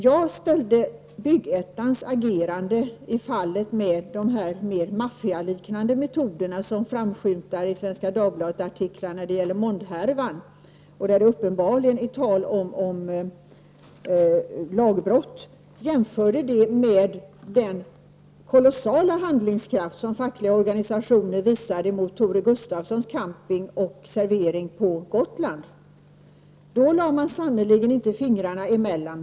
Jag utgick Bygg-Ettans agerande i Mondfallet med de maffialiknande metoder som framskymtar i Svenska Dagbladet-artiklar om Mondhärvan, där det uppenbarligen är fråga om lagbrott, och jämförde det med den kolossala handlingskraft som de fackliga organisationerna visade mot Tore Gustavssons camping och servering på Gotland. Då lade man sannerligen inte fingrarna emellan.